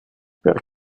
per